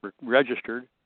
registered